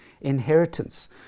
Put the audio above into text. inheritance